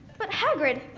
but hagrid,